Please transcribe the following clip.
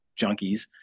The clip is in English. junkies